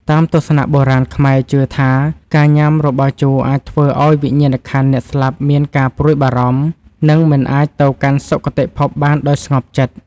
តាមទស្សនៈបុរាណខ្មែរជឿថាការញ៉ាំរបស់ជូរអាចធ្វើឱ្យវិញ្ញាណក្ខន្ធអ្នកស្លាប់មានការព្រួយបារម្ភ និង មិនអាចទៅកាន់សុគតិភពបានដោយស្ងប់ចិត្ត។